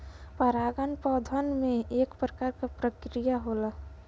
परागन पौधन में एक प्रकार क प्रक्रिया होला